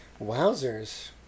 Wowzers